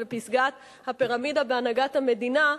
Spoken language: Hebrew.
ולפסגת הפירמידה בהנהגת המדינה,